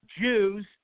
Jews